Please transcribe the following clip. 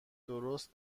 درست